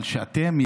אבל שאתם,